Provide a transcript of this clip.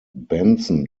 benson